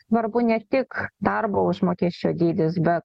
svarbu ne tik darbo užmokesčio dydis bet